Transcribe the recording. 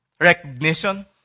recognition